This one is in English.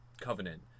Covenant